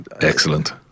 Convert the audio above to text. excellent